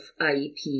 IEP